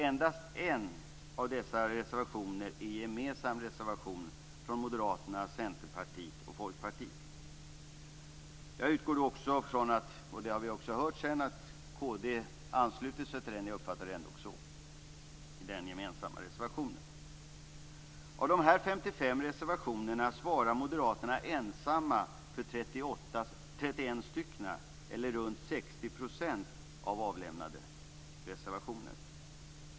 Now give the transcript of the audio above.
Endast en av dessa är en gemensam reservation från Moderaterna, Centerpartiet och Folkpartiet. Jag utgår från att Kristdemokraterna ansluter sig till den gemensamma reservationen - vi har här också hört att så är fallet. Av de 55 reservationerna svarar moderaterna ensamma för 31 stycken, eller runt 60 % av avlämnade reservationer.